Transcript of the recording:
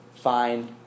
fine